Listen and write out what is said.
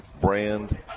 brand